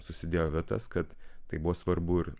susidėjo į vietas kad tai buvo svarbu ir